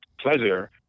pleasure